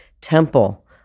temple